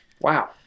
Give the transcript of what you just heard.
Wow